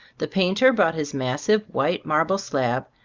the painter brought his massive white marble slab,